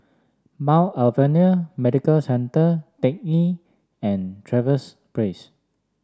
Mount Alvernia Medical Centre Teck Ghee and Trevose Place